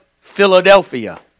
Philadelphia